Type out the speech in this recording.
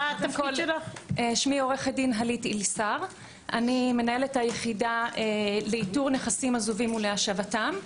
אני מנהלת היחידה לאיתור נכסים עזובים ולהשבתם.